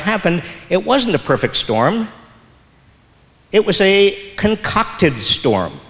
happened it wasn't a perfect storm it was a concocted storm